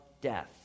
death